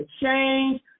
change